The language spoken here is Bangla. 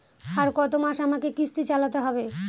আর কতমাস আমাকে কিস্তি চালাতে হবে?